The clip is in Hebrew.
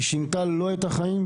היא שיתנה לו את החיים,